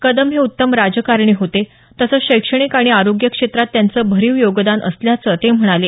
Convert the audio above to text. कदम हे उत्तम राजकारणी होते तसंच शैक्षणिक आणि आरोग्य क्षेत्रात त्यांचं भरीव योगदान असल्याचं ते म्हणाले